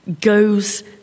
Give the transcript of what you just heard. goes